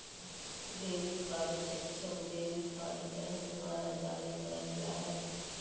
debit card सक्षम debit card bank द्वारा जारी करल जा हइ